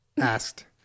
asked